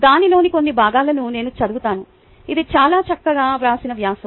దానిలోని కొన్ని భాగాలను నేను చదువుతాను ఇది చాలా చక్కగా వ్రాసిన వ్యాసం